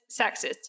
sexist